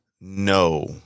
No